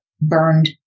burned